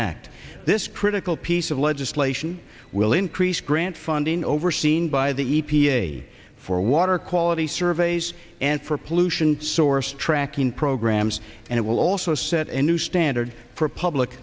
act this critical piece of legislation will increase grant funding overseen by the e p a for water quality surveys and for pollution source tracking programs and it will also set a new standard for public